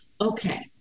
okay